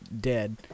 dead